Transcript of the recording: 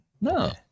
no